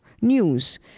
News